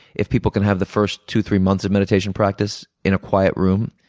if people can have the first two, three months of meditation practice in a quiet room,